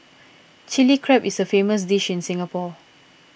Chilli Crab is a famous dish in Singapore